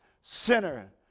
sinner